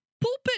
pulpit